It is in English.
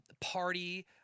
party